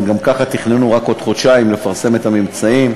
גם ככה הם תכננו רק בעוד חודשיים לפרסם את הממצאים.